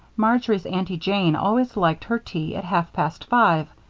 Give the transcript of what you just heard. marjory's aunty jane always liked her tea at half-past five,